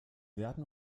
werden